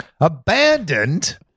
Abandoned